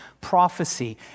prophecy